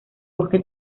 bosque